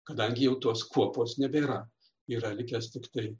kadangi jau tos kuopos nebėra yra likęs tiktai